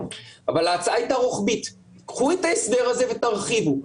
אבל ההצעה הייתה רוחבית: קחו את ההסדר הזה ותרחיבו,